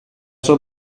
sua